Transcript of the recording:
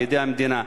לידי המדינה,